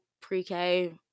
pre-K